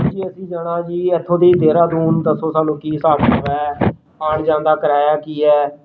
ਜੀ ਅਸੀਂ ਜਾਣਾ ਜੀ ਇੱਥੋਂ ਦੀ ਦੇਹਰਾਦੂਨ ਦੱਸੋ ਸਾਨੂੰ ਕੀ ਹਿਸਾਬ ਕਿਤਾਬ ਹੈ ਆਉਣ ਜਾਣ ਕਿਰਾਇਆ ਕੀ ਹੈ